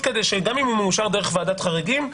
גם אם הוא מאושר דרך ועדת חריגים,